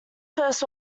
first